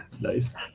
Nice